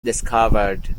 discovered